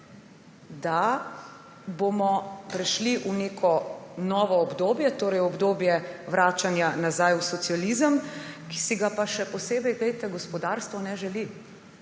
da bomo prešli v neko novo obdobje, torej v obdobje vračanja nazaj v socializem, ki si ga pa še posebej gospodarstvo ne želi.